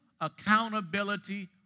accountability